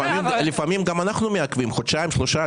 לפעמים גם אנחנו מעכבים למשך חודשיים שלושה,